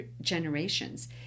generations